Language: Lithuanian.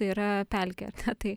tai yra pelkė na tai